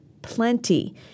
plenty